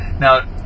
now